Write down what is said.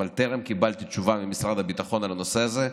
אבל טרם קיבלתי תשובה ממשרד הביטחון על הנושא הזה,